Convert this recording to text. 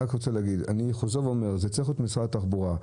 אני חוזר ואומר, זה צריך להיות משרד התחבורה.